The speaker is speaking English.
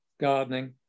gardening